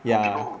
ya